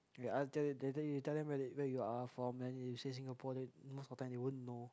kay that you tell them where where you are from and if you say Singapore then most of the time they won't know